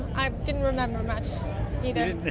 i didn't remember much either.